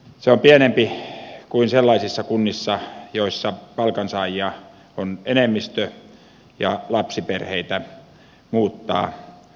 se on pienempi kuin sellaisissa kunnissa joissa palkansaajia on enemmistö ja lapsiperheitä muuttaa kuntaan